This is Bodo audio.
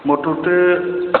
मुथ'थे